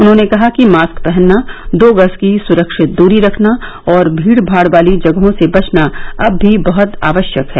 उन्होंने कहा कि मास्क पहनना दो गज की सुरक्षित दूरी रखना और भीड़ भाड़ वाली जगहों से बचना अब भी बहत आवश्यक है